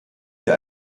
der